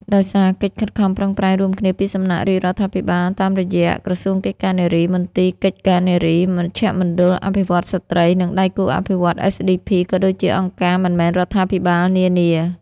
ដោយសារកិច្ចខិតខំប្រឹងប្រែងរួមគ្នាពីសំណាក់រាជរដ្ឋាភិបាលតាមរយៈ ក្រសួងកិច្ចការនារី មន្ទីរកិច្ចការនារី មជ្ឈមណ្ឌលអភិវឌ្ឍន៍ស្ត្រី និងដៃគូអភិវឌ្ឍន៍ SDP ក៏ដូចជាអង្គការមិនមែនរដ្ឋាភិបាលនានា។